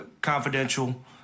confidential